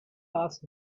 asked